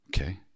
okay